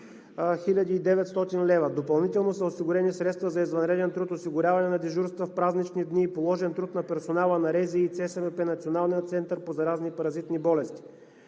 Допълнително са осигурени средства за извънреден труд, осигуряване на дежурства в празнични дни и положен труд на персонала на РЗИ, ЦСМП, Националния център за заразни и паразитни болести.